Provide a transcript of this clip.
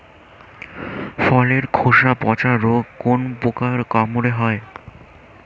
ফলের খোসা পচা রোগ কোন পোকার কামড়ে হয়?